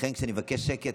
לכן כשאני מבקש שקט,